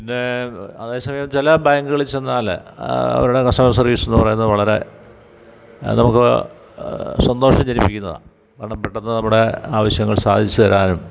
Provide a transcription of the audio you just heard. പിന്നേ അതേസമയം ചില ബാങ്കുകളിൽ ചെന്നാല് അവരുടെ കസ്റ്റമർ സർവീസെന്ന് പറയുന്നത് വളരെ നമുക്ക് സന്തോഷം ജനിപ്പിക്കുന്നതാണ് കാരണം പെട്ടെന്ന് നമ്മുടെ ആവശ്യങ്ങൾ സാധിച്ചുതരാനും